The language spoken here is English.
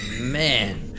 Man